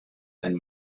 and